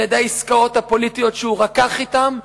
על-ידי העסקאות הפוליטיות שהוא רקח אתם,